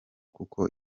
kuko